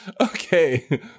Okay